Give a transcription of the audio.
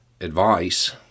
advice